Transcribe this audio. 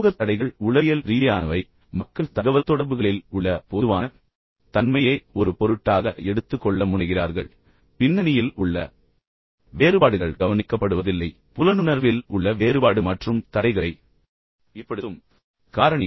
சமூகத் தடைகள் பொதுவாக உளவியல் ரீதியானவை மக்கள் தகவல்தொடர்புகளில் உள்ள பொதுவான தன்மையை ஒரு பொருட்டாக எடுத்துக் கொள்ள முனைகிறார்கள் பின்னணியில் உள்ள வேறுபாடுகள் கவனிக்கப்படுவதில்லை புலனுணர்வில் உள்ள வேறுபாடு மற்றும் தடைகளை ஏற்படுத்தும் காரணிகள் ஆகியவை கடந்த விரிவுரையில் விவாதிக்கப்பட்டன